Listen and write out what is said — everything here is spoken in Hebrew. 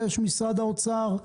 משרד האוצר,